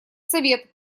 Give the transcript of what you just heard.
совет